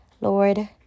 lord